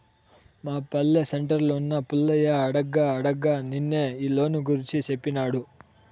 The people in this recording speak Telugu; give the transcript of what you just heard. మా పల్లె సెంటర్లున్న పుల్లయ్య అడగ్గా అడగ్గా నిన్నే ఈ లోను గూర్చి సేప్పినాడు